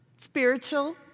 Spiritual